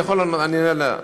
אני אענה לה,